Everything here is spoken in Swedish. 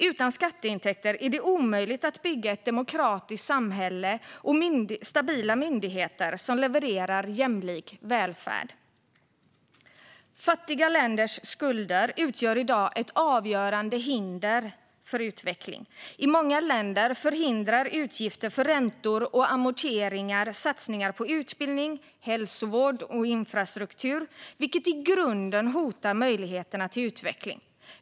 Utan skatteintäkter är det omöjligt att bygga ett demokratiskt samhälle och stabila myndigheter som levererar jämlik välfärd. Fattiga länders skulder utgör i dag ett avgörande hinder för utveckling. I många länder förhindrar utgifter för räntor och amorteringar satsningar på utbildning, hälsovård och infrastruktur, vilket i grunden hotar möjligheterna till utveckling.